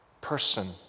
person